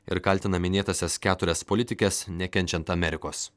ir kaltina minėtąsias keturias politikes nekenčiant amerikos